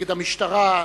נגד המשטרה,